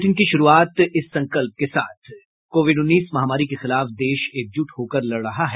bulletin की शुरूआत से पहले ये संकल्प कोविड उन्नीस महामारी के खिलाफ देश एकजुट होकर लड़ रहा है